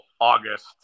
August